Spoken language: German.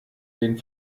den